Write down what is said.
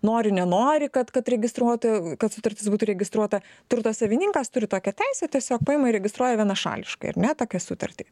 nori nenori kad kad registruotų kad sutartis būtų registruota turto savininkas turi tokią teisę tiesiog paima įregistruoja vienašališkai ar ne tokią sutartį